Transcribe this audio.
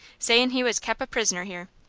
sayin' he was kep' a prisoner here.